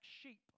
sheep